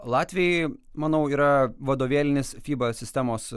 latviai manau yra vadovėlinis fiba sistemos